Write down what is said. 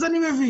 אז אני מבין.